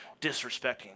disrespecting